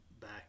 back